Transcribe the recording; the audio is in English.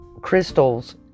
crystals